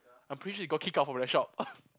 I'm pretty sure they got kicked out from that shop